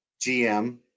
GM –